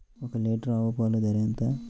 ఒక్క లీటర్ ఆవు పాల ధర ఎంత?